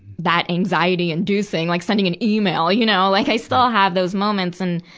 that anxiety-inducing. like, sending an email, you know. like, i still have those moments. and,